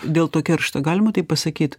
dėl to keršto galima taip pasakyt